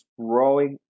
growing